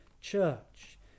church